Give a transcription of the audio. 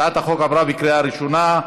הצעת החוק עברה בקריאה ראשונה,